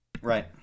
right